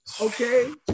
okay